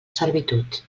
servitud